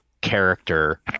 character